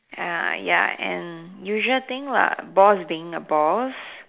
ah ya and usual thing lah boss being a boss